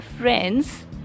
friend's